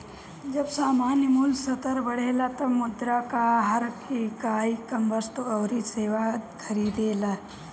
जब सामान्य मूल्य स्तर बढ़ेला तब मुद्रा कअ हर इकाई कम वस्तु अउरी सेवा खरीदेला